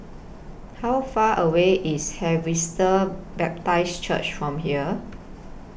How Far away IS Harvester Baptist Church from here